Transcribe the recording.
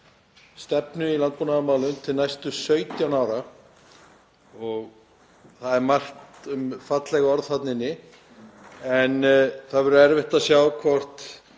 stefnu í landbúnaðarmálum til næstu 17 ára og það er mikið um falleg orð þarna en það er erfitt að sjá hvort